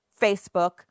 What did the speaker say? Facebook